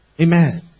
Amen